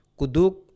kuduk